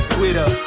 Twitter